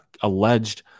alleged